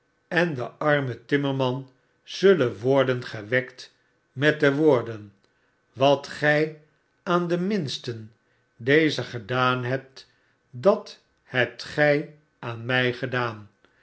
en de arme timmerman zullen worden gewekt met de woorden watgy aandeminsten dezer gedaan hebt dat hebt gij aan mij gedaan